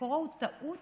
מקורו הוא טעות